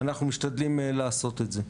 אנחנו משתדלים לעשות את זה.